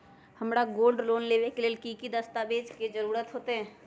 हमरा gold loan लेबे के लेल कि कि दस्ताबेज के जरूरत होयेत?